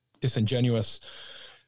disingenuous